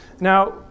Now